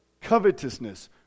Covetousness